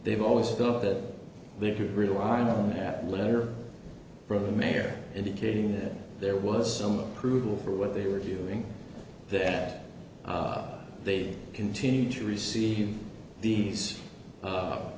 they've always thought that they could rely on that letter from the mayor indicating that there was some approval for what they were doing that they continue to receive these